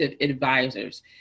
advisors